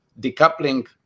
decoupling